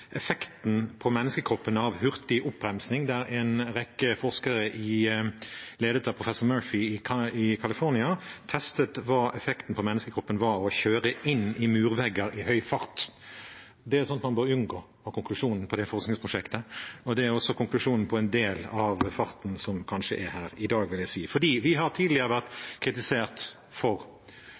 på menneskekroppen av hurtig oppbremsing», der en rekke forskere – ledet av professor Murphy i California – testet hva effekten på menneskekroppen var av å kjøre inn i murvegger i høy fart. Det er slikt man bør unngå, var konklusjonen på det forskningsprosjektet. Det er kanskje også konklusjonen på en del av den farten som er her i dag, vil jeg si. Vi har tidligere vært kritisert – faktisk av Riksrevisjonen, med stor støtte fra opposisjonen – for